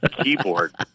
keyboard